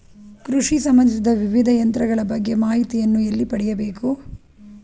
ಕೃಷಿ ಸಂಬಂದಿಸಿದ ವಿವಿಧ ಯಂತ್ರಗಳ ಬಗ್ಗೆ ಮಾಹಿತಿಯನ್ನು ಎಲ್ಲಿ ಪಡೆಯಬೇಕು?